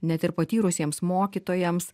net ir patyrusiems mokytojams